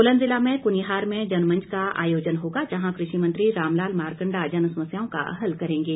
सोलन जिला में कुनिहार में जनमंच का आयोजन होगा जहां कृषि मंत्री रामलाल मारकंडा जनसमस्याओं का हल कर्रेंगे